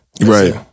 right